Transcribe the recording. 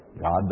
God